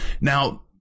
Now